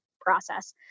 process